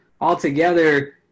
altogether